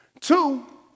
Two